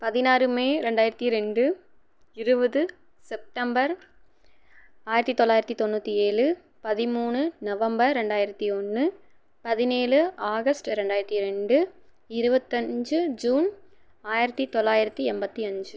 பதினாறு மே ரெண்டாயிரத்தி ரெண்டு இருபது செப்டம்பர் ஆயிரத்தி தொள்ளாயிரத்தி தொண்ணூற்றி ஏழு பதிமூணு நவம்பர் ரெண்டாயிரத்தி ஒன்று பதினேழு ஆகஸ்ட் ரெண்டாயிரத்தி ரெண்டு இருபத்தஞ்சி ஜூன் ஆயிரத்தி தொள்ளாயிரத்தி எண்பத்தி அஞ்சு